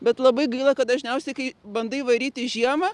bet labai gaila kad dažniausiai kai bandai varyti žiemą